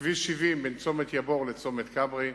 כביש 70 בין צומת יבור לצומת כברי,